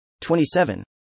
27